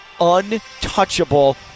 untouchable